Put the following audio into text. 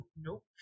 Nope